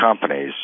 companies